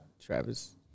Travis